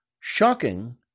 shocking